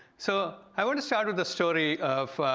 so i want to start with a story of